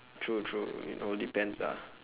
true true it all depends ah